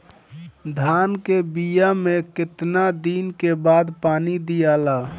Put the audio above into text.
धान के बिया मे कितना दिन के बाद पानी दियाला?